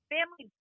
Family